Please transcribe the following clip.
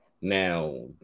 Now